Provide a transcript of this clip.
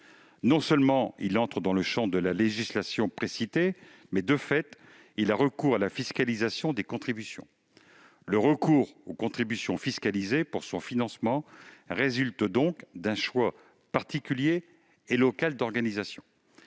Non seulement entre-t-il dans le champ de la législation précitée mais, de fait, a-t-il recours à la fiscalisation des contributions. Le recours aux contributions fiscalisées pour son financement résulte donc d'un choix particulier et local d'organisation.